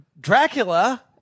Dracula